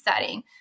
setting